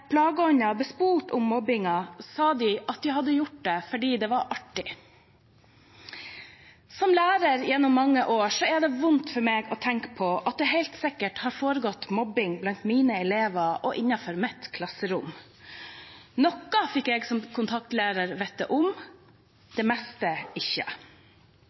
om mobbingen, sa de at de hadde gjort det fordi det var artig. Som lærer gjennom mange år er det vondt for meg å tenke på at det helt sikkert har foregått mobbing blant mine elever og innenfor mitt klasserom. Noe fikk jeg som kontaktlærer vite om, det meste ikke.